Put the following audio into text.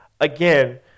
again